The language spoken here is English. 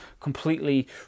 completely